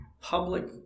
public